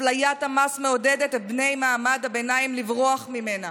אפליית המס מעודדת את בני מעמד הביניים לברוח ממנה.